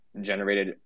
generated